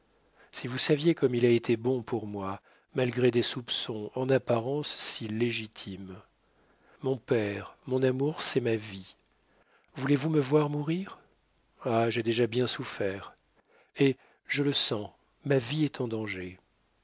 si vous saviez comme il a été bon pour moi malgré des soupçons en apparence si légitimes mon père mon amour c'est ma vie voulez-vous me voir mourir ah j'ai déjà bien souffert et je le sens ma vie est en danger